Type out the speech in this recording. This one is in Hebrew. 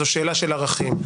זו שאלה של ערכים.